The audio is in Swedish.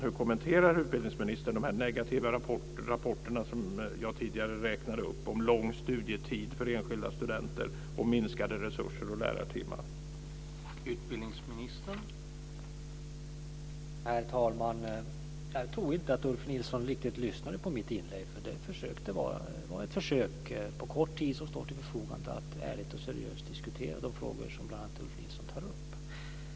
Hur kommenterar utbildningsministern de negativa rapporterna som jag tidigare räknade upp om lång studietid för enskilda studenter, minskade resurser och minskat antal lärartimmar?